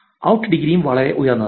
out ഡിഗ്രിയും വളരെ ഉയർന്നതാണ്